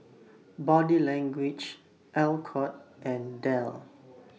Body Language Alcott and Dell